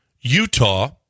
Utah